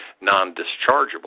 non-dischargeable